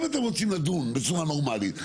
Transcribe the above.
אם אתם רוצים לדון בצורה נורמלית,